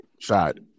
side